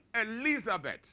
Elizabeth